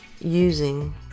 using